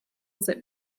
zip